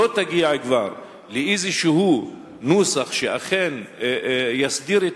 לא תגיע כבר לאיזה נוסח שאכן יסדיר את